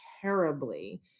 terribly